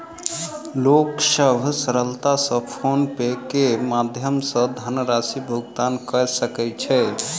लोक सभ सरलता सॅ फ़ोन पे के माध्यम सॅ धनराशि भुगतान कय सकै छै